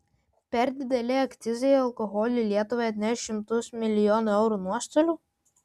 per dideli akcizai alkoholiui lietuvai atneš šimtus milijonų eurų nuostolių